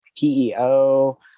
PEO